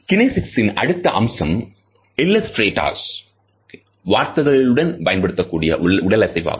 கினேசிக்ஸ்ன் அடுத்த அம்சம் இல்லஸ்டேட்டஸ் வார்த்தைகளுடன் பயன்படுத்தக்கூடிய உடலசைவு ஆகும்